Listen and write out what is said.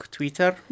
Twitter